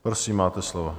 Prosím, máte slovo.